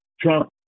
Trump